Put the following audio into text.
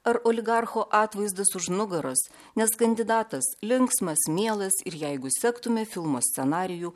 ar oligarcho atvaizdus už nugaros nes kandidatas linksmas mielas ir jeigu sektumėme filmo scenarijų